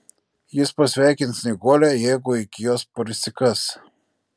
jis pasveikins snieguolę jeigu iki jos prisikas